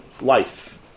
life